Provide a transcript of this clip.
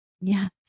Yes